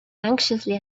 anxiously